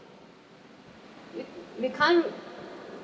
we we can't